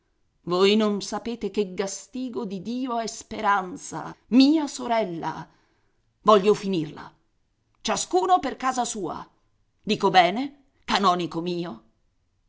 voi non sapete che gastigo di dio è speranza mia sorella voglio finirla ciascuno per casa sua dico bene canonico mio